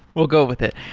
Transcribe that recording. we'll go with it.